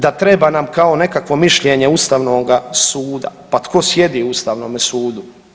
Da treba nam kao nekakvo mišljenje Ustavnoga suda, pa tko sjedi u Ustavnome sudu?